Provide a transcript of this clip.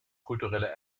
kulturelle